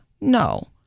No